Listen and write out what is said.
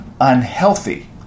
unhealthy